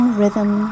rhythm